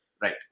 Right